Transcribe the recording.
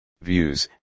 views